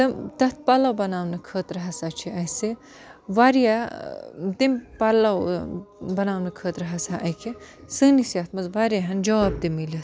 تہٕ تَتھ پَلَو بَناونہٕ خٲطرٕ ہَسا چھِ اَسہِ واریاہ تمہِ پَلَو بَناونہٕ خٲطرٕ ہَسا اَکہِ سٲنِس یَتھ منٛز واریاہَن جاب تہِ مِلِتھ